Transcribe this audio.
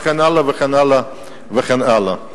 וכן הלאה וכן הלאה וכן הלאה.